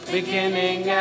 Beginning